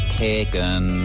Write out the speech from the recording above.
taken